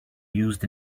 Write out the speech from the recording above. used